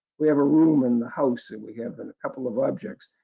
we have a room and the house, and we have and a couple of objects.